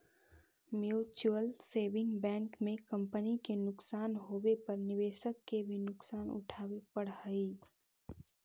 mutual saving bank में company के नुकसान होवे पर निवेशक के भी नुकसान उठावे पड़ऽ हइ